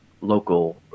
local